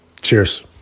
Cheers